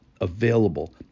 available